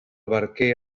barquer